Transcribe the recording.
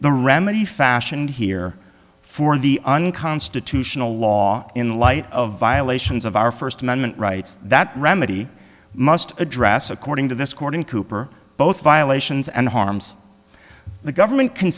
the remedy fashioned here for the unconstitutional law in light of violations of our first amendment rights that remedy must address according to this court and cooper both violations and harms the government c